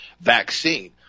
vaccine